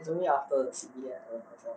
is only after the C_B then I love myself